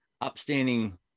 upstanding